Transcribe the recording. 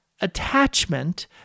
attachment